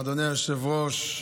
תודה רבה לך, אדוני היושב-ראש.